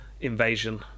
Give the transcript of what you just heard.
invasion